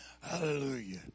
Hallelujah